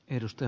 kautta